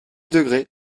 degrés